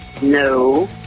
No